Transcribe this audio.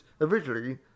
originally